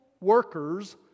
Workers